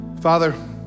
Father